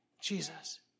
Jesus